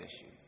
issue